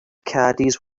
caddies